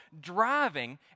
driving